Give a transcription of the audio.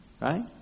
Right